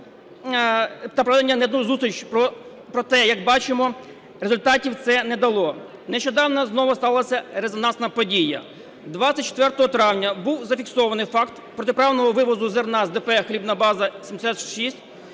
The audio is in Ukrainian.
та проведено не одну зустріч, проте, як бачимо, результатів це не дало. Нещодавно знову сталася резонансна подія. 24 травня був зафіксований факт протиправного вивозу зерна з ДП "Хлібна база